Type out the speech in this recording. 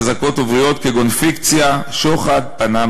/ מין מילים עבריות חזקות ובריאות / כגון פיקציה / שוחד / פָּנָמָה.